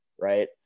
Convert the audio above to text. Right